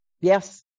Yes